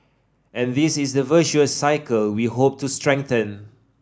and this is the virtuous cycle we hope to strengthen